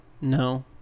No